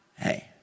Hey